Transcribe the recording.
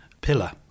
pillar